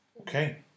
Okay